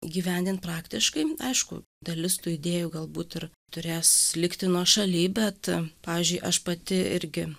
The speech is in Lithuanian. įgyvendint praktiškai aišku dalis tų idėjų galbūt ir turės likti nuošaliai bet pavyzdžiui aš pati irgi